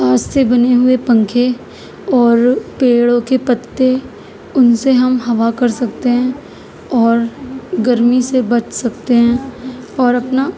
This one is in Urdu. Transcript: ہاتھ سے بنے ہوئے پنکھے اور پیڑوں کے پتے ان سے ہم ہوا کر سکتے ہیں اور گرمی سے بچ سکتے ہیں اور اپنا